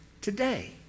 today